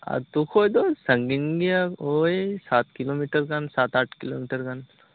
ᱟᱛᱳ ᱠᱷᱚᱱᱫᱚ ᱥᱟᱺᱜᱤᱧ ᱜᱮᱭᱟ ᱳᱭ ᱥᱟᱛ ᱠᱤᱞᱳᱢᱤᱴᱟᱨ ᱜᱟᱱ ᱥᱟᱛᱼᱟᱴ ᱠᱤᱞᱳᱢᱤᱴᱟᱨ ᱜᱟᱱ